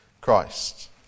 Christ